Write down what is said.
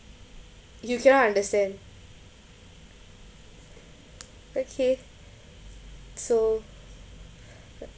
you cannot understand okay so